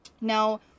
Now